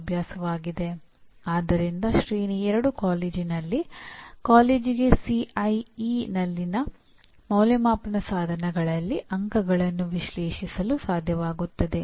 ವ್ಯಕ್ತಿಗಳ ನಡುವಿನ ಚರ್ಚೆಯು ತೃಪ್ತಿದಾಯಕ ಪರಿಣಾಮಗಳನ್ನು ರೂಪಿಸಲು ಕಾರಣವಾಗುತ್ತದೆ